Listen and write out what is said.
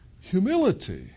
humility